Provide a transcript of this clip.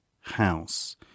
house